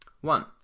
One